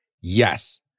Yes